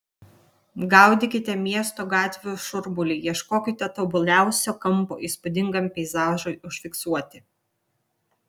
gaudykite miesto gatvių šurmulį ieškokite tobuliausio kampo įspūdingam peizažui užfiksuoti